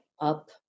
up